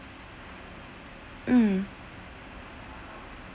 mm